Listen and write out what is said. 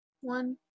One